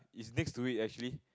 it's next to it actually